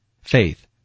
Faith